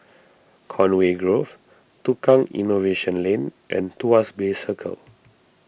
Conway Grove Tukang Innovation Lane and Tuas Bay Circle